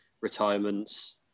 retirements